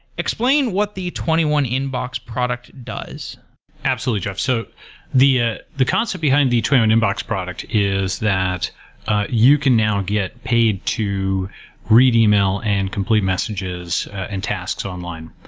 explain what the twenty one inbox product does absolutely, jeff. so the ah the concept behind the twenty one inbox product is that you can now get paid to read email and complete messages and tasks online,